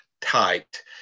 tight